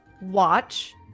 watch